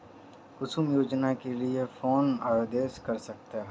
कुसुम योजना के लिए कौन आवेदन कर सकता है?